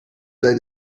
dai